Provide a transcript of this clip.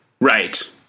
Right